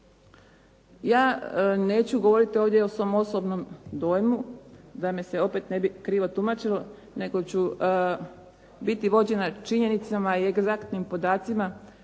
Ja neću govoriti ovdje o svom osobnom dojmu da me se opet ne bi krivo tumačilo, nego ću biti vođena činjenicama i egzaktnim podacima